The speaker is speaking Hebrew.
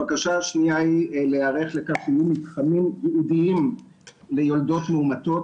הבקשה השנייה היא להיערך לכך שיהיו מתחמים ייעודיים ליולדות מאומתות,